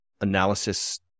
analysis